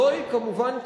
זוהי, כמובן,